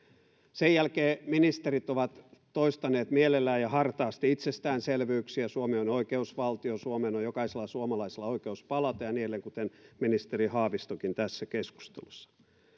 sen jälkeen ministerit ovat toistaneet mielellään ja hartaasti itsestäänselvyyksiä suomi on oikeusvaltio suomeen on jokaisella suomalaisella oikeus palata ja niin edelleen kuten ministeri haavistokin tässä keskustelussa